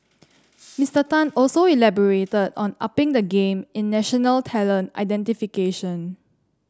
Mister Tang also elaborated on upping the game in national talent identification